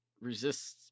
resists